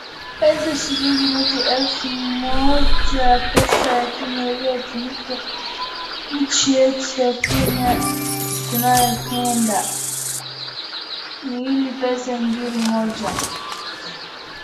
Pesa shilingi noti elfu moja, pesa ya Kenya iliyotumika nchi yetu ya Kenya, tunayoipenda ni ile pesa ngiri moja.